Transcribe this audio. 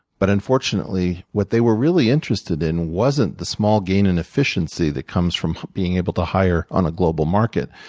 but unfortunately, what they were really interested in wasn't the small gain in efficiency that comes from being able to hire on a global market.